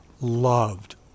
loved